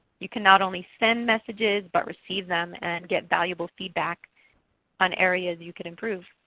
you cannot only send messages but receive them and get valuable feedback on areas you can improve.